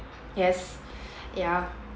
yes ya